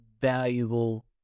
valuable